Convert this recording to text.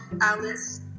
Alice